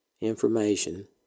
information